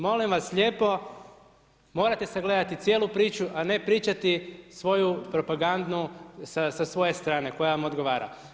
Molim vas lijepo morate sagledati cijelu priču, a ne pričati svoju propagandnu sa svoje strane koja vam odgovara.